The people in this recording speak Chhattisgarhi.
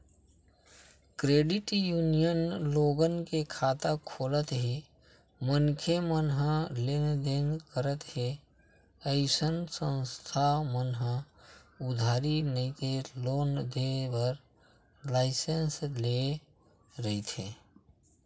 क्रेडिट यूनियन लोगन के खाता खोलत हे मनखे मन ह लेन देन करत हे अइसन संस्था मन ह उधारी नइते लोन देय बर लाइसेंस लेय रहिथे